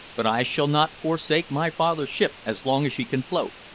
but i shall not forsake my father's ship as long as she can float.